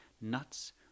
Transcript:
nuts